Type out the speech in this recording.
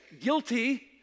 Guilty